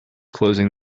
closing